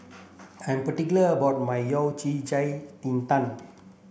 I'm particular about my Yao tang